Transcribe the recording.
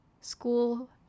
school